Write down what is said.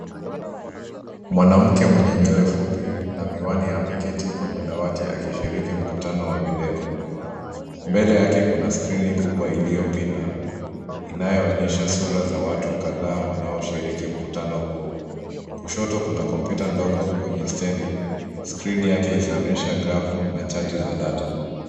Mwanamke mwenye nywele fupi na miwani ameketi kwenye dawati akishiriki mkutano wa video. Mbele yake kuna skrini kubwa iliyopinda inayoonyesha sura za watu kadhaa wanaoshiriki mkutano huo. Kushoto kuna kompyuta ndogo kwenye stendi, skrini yake ikionyesha grafu na chati za data.